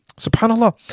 SubhanAllah